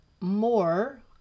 more